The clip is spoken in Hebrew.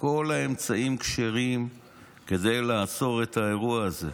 כל האמצעים כשרים כדי לעצור את האירוע הזה.